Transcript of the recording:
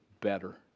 better